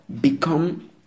become